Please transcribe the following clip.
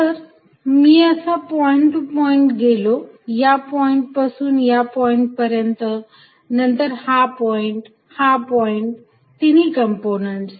जर मी असा पॉईंट टू पॉईंट गेलो या पॉईंटपासून या पॉईंट पर्यंत नंतर हा पॉईंट हा पॉईंट तिन्ही कंपोनंन्टस